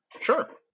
Sure